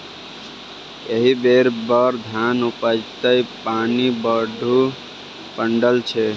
एहि बेर बड़ धान उपजतै पानि बड्ड पड़ल छै